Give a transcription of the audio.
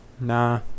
nah